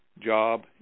job